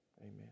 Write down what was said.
Amen